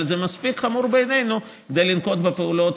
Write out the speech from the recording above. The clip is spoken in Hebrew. זה מספיק חמור בעינינו כדי לנקוט את הפעולות